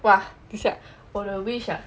!wah! 我的 wish ah